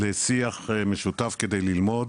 לשיח משותף כדי ללמוד,